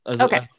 Okay